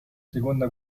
seconda